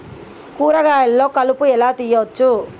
కూరగాయలలో కలుపు ఎలా తీయచ్చు?